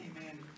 Amen